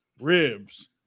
ribs